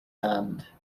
hand